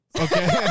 Okay